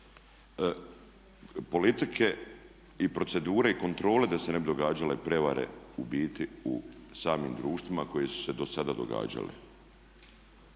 politike i procedure kontrole da se ne bi događale prijevare u biti u samim društvima koje su se do sada događale.